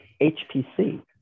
HPC